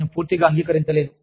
నేను పూర్తిగా అంగీకరించలేదు